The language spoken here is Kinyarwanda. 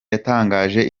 yatangaje